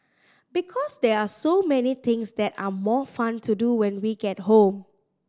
because there are so many things that are more fun to do when we get home